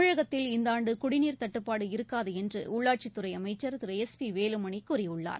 தமிழகத்தில் இந்த ஆண்டு குடிநீர் தட்டுப்பாடு இருக்காது என்று உள்ளாட்சித் துறை அமைச்சர் திரு எஸ் பி வேலுமணி கூறியுள்ளார்